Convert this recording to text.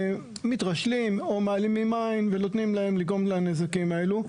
שמתרשלים או מעלימים עין ונותנים להם לגרום לנזקים האלה.